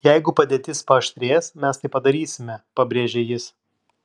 jeigu padėtis paaštrės mes tai padarysime pabrėžė jis